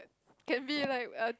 can be like err